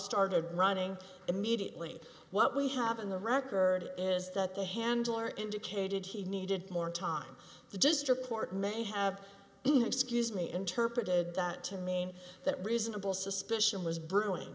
started running immediately what we have in the record is that the handler indicated he needed more time to just report may have excuse me interpreted that to mean that reasonable suspicion was brewing